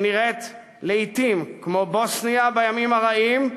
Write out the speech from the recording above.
שנראית לעתים כמו בוסניה, בימים הרעים,